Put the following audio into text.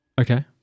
Okay